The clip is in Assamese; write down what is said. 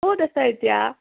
ক'ত আছা এতিয়া